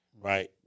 right